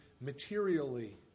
materially